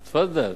תפאדל,